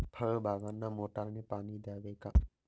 फळबागांना मोटारने पाणी द्यावे का?